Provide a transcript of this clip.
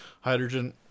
hydrogen